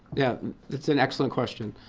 yeah that's an excellent question.